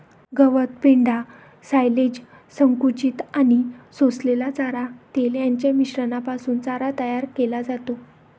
गवत, पेंढा, सायलेज, संकुचित आणि सोललेला चारा, तेल यांच्या मिश्रणापासून चारा तयार केला जातो